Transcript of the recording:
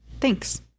thanks